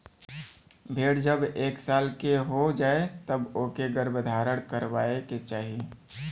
भेड़ जब एक साल के हो जाए तब ओके गर्भधारण करवाए के चाही